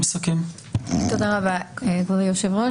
תודה רבה, כבוד היושב-ראש.